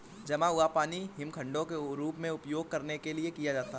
जमा हुआ पानी हिमखंडों के रूप में उपयोग करने के लिए किया जाता है